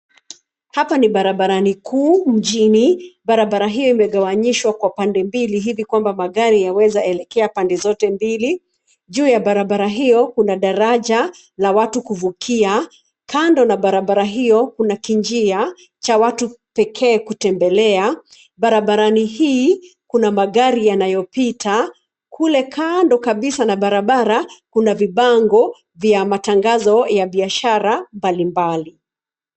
Hapa ni barabarani kuu, mjini. Barabara hio imegawanyishwa kwa pande mbili hivi kwamba magari yaweza elekea pande zote mbili. Juu ya barabara hio, kuna daraja la watu kuvukia. Kando na barabara hio, kuna kinjia cha watu pekee kutembelea. Barabarani hii kuna magari yanayopita. Kule kando kabisa na barabara kuna vibango vya matangazo ya biashara mbali mbali.